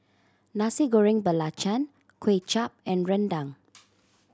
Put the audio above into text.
Nasi Goreng Belacan Kuay Chap and rendang